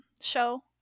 show